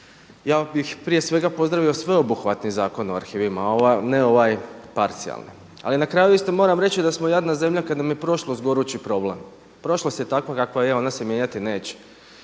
Ja bih prije svega pozdravio sveobuhvatni Zakon o arhivima a ne ovaj parcijalni. Ali na kraju isto moram reći da smo jadna zemlja kada nam je prošlost gorući problem. Prošlost je takva kakva je, ona se mijenjati neće.